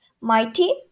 mighty